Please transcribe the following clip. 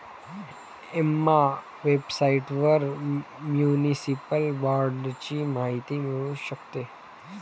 Emma वेबसाइटवर municipal बाँडची माहिती मिळू शकते